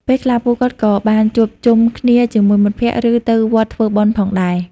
ពេលខ្លះពួកគាត់ក៏បានជួបជុំគ្នាជាមួយមិត្តភក្តិ ឬទៅវត្តធ្វើបុណ្យផងដែរ។